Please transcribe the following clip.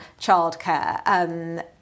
childcare